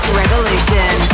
revolution